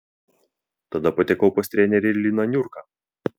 tada patekau pas trenerį liną niurką